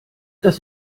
das